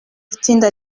itsinda